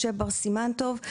משה בר סימן טוב.